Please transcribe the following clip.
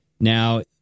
Now